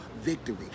victory